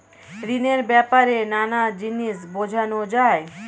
ঋণের ব্যাপারে নানা জিনিস বোঝানো যায়